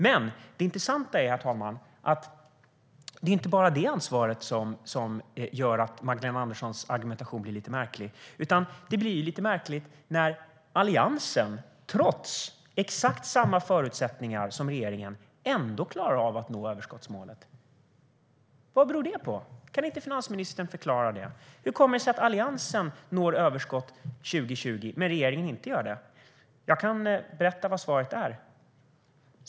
Men det intressanta är, herr talman, att det inte bara är det ansvaret som gör att Magdalena Anderssons argumentation blir lite märklig. Det blir också lite märkligt när Alliansen, trots att man har exakt samma förutsättningar som regeringen, klarar av att nå överskottsmålet. Vad beror det på? Kan inte finansministern förklara det? Hur kommer det sig att Alliansen når överskott 2020 men att regeringen inte gör det? Jag kan berätta vad svaret är.